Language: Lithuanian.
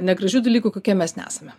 negražių dalykų kokie mes nesame